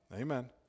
Amen